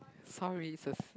sorry is a